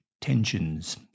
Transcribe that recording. Tensions